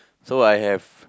so I have